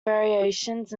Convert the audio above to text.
variations